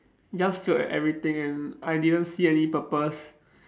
just failed at everything and I didn't see any purpose